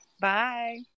Bye